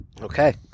Okay